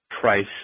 price